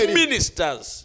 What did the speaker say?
ministers